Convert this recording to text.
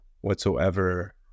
whatsoever